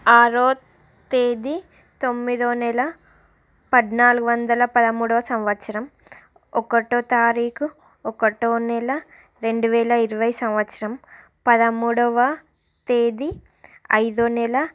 ఆరో తేదీ తొమ్మిదో నెల పద్నాలుగు వందల పదమూడవ సంవత్సరం ఒకటో తారీఖు ఒకటో నెల రెండువేల ఇరవై సంవత్సరం పదమూడవ తేదీ ఐదో నెల